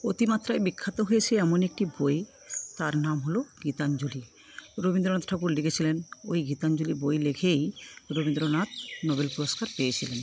অতি মাত্রায় বিখ্যাত হয়েছে এমন একটি বই তার নাম হল গীতাঞ্জলি রবীন্দ্রনাথ ঠাকুর লিখেছিলেন ঐ গীতাঞ্জলি বই লিখেই রবীন্দ্রনাথ নোবেল পুরস্কার পেয়েছিলেন